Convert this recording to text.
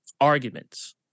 arguments